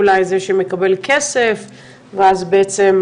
אולי זה משמקבל כסף ואז בעצם,